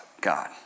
God